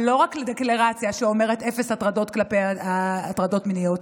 אבל לא רק דקלרציה שאומרת "אפס סובלנות כלפי הטרדות מיניות"